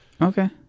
okay